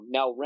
Now